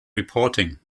reporting